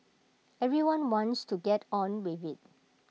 everyone wants to get on with IT